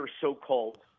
so-called